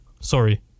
sorry